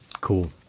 cool